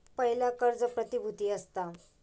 पयला कर्ज प्रतिभुती असता